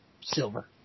silver